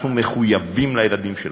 אנחנו מחויבים לילדים שלנו,